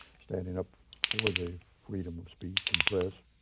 standing up for the freedom of speech and press.